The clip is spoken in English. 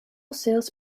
sales